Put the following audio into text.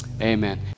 Amen